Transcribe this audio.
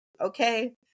Okay